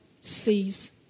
sees